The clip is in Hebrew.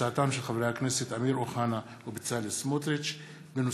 המיון לצה"ל ובהצעתם של חברי הכנסת אמיר אוחנה ובצלאל סמוטריץ בנושא: